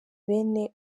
bene